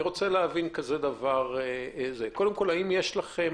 אני רוצה להבין דבר כזה: האם יש לכם